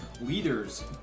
leaders